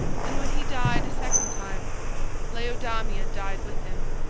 and when he died a second time laodamia died with him.